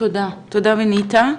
תודה, שמחה בניטה.